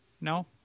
No